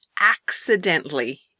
accidentally